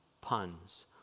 puns